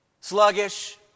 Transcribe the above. ...sluggish